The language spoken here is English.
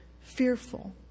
fearful